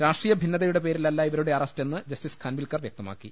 രാഷ്ട്രീയ ഭിന്നതയുടെ പേരിലല്ല ഇവരുടെ അറസ്റ്റെന്ന് ജസ്റ്റിസ് ഖാൻവിൽക്കർ വ്യക്തമാക്കി